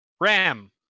Ram